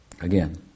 again